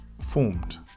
formed